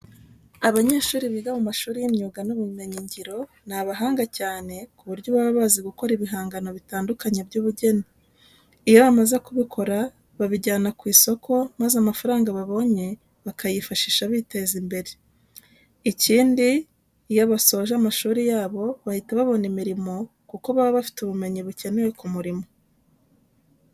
Abanyeshuri biga mu mashuri y'imyuga n'ubumenyingiro ni abahanga cyane ku buryo baba bazi gukora ibihangano bitandukanye by'ubugeni. Iyo bamaze kubikora babijyana ku isoko maza amafaranga babonye bakayifashisha biteza imbere. Ikindi, iyo basoje amashuri yabo bahita babona imirimo kuko baba bafite ubumenyi bukenewe ku murimo.